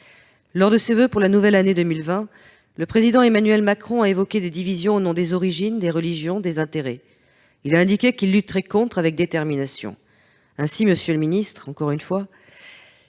Lors de ses voeux pour la nouvelle année 2020, le Président Emmanuel Macron a évoqué « des divisions au nom des origines, des religions, des intérêts ». Il a indiqué qu'il lutterait contre avec détermination. Alors, monsieur le ministre, quelles